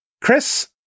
Chris